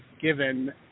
given